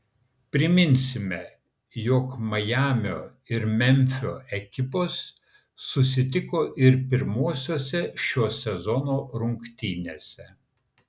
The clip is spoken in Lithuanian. priminsime jog majamio ir memfio ekipos susitiko ir pirmosiose šio sezono rungtynėse